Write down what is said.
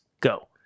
go